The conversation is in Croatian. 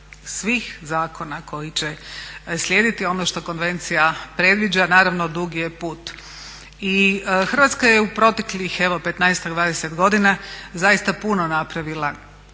svih zakona koji će slijediti ono što konvencija predviđa naravno dug je put. I Hrvatska je u proteklih evo 15-ak, 20 godina zaista puno napravila,